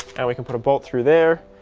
and we can put a bolt through there,